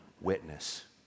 Witness